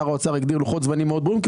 שר האוצר הגדיר לוחות זמנים מאוד ברורים כי